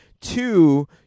Two